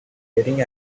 getting